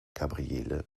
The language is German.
gabriele